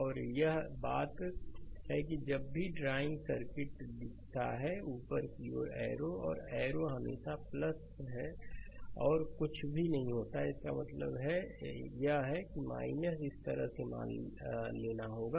और एक बात यह है कि जब भी ड्राइंग सर्किट दिखता हैऊपर की ओर एरो है और एरो हमेशा होता है और कुछ भी नहीं होता है इसका मतलब यह है इस तरह से मान लेना होगा